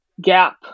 gap